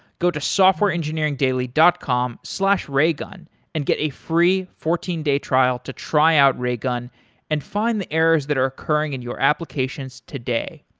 go to softwareengineeringdaily dot com slash raygun and get a free fourteen day trial to try out raygun and find the errors that are occurring in your applications today.